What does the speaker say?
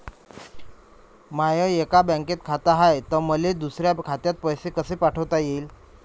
माय एका बँकेत खात हाय, त मले दुसऱ्या खात्यात पैसे कसे पाठवता येईन?